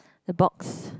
the box